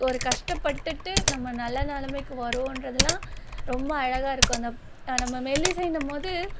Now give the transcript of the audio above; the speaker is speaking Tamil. ஒரு கஷ்டபட்டுட்டு நம்ம நல்ல நிலமைக்கு வருவோன்றதெல்லாம் ரொம்ப அழகாக இருக்கும் நம்ம மெல்லிசைன்னும்போது